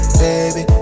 baby